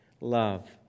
love